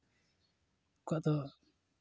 ᱩᱱᱠᱩ ᱫᱚ